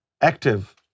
active